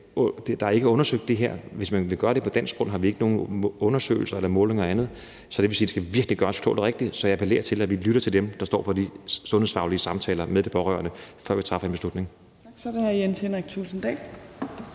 det her ikke er undersøgt. Hvis man vil gøre det på dansk grund, har vi ikke nogen undersøgelser, målinger eller andet. Det vil sige, at det virkelig skal gøres klogt og rigtigt, så jeg appellerer til, at vi lytter til dem, der står for de sundhedsfaglige samtaler med de pårørende, før vi træffer en beslutning.